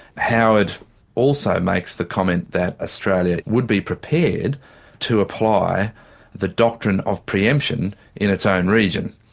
howard also makes the comment that australia would be prepared to apply the doctrine of pre-emption in its own region.